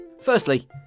Firstly